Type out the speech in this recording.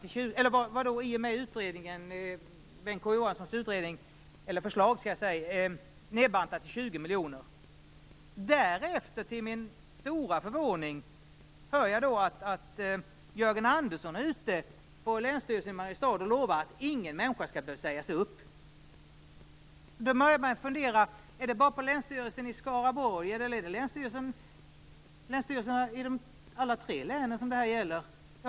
I och med Bengt K Å Johanssons förslag var det nedbantat till 20 miljoner. Därefter hör jag till min stora förvåning att Jörgen Andersson är ute på länsstyrelsen i Mariestad och lovar att ingen människa skall behöva sägas upp. Då börjar man fundera om det bara gäller på länsstyrelsen i Skaraborg eller om det gäller länsstyrelserna i alla tre länen.